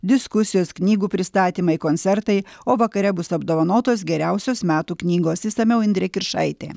diskusijos knygų pristatymai koncertai o vakare bus apdovanotos geriausios metų knygos išsamiau indrė kiršaitė